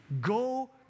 Go